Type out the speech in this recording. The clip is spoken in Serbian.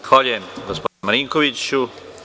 Zahvaljujem, gospodine Marinkoviću.